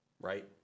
Right